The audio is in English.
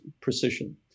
precision